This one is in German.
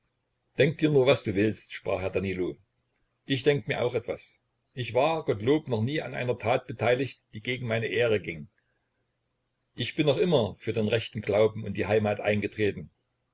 denk dir nur was du willst sprach herr danilo ich denk mir auch etwas ich war gottlob noch nie an einer tat beteiligt die gegen meine ehre ging ich bin noch immer für den rechten glauben und die heimat eingetreten